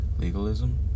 Legalism